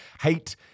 hate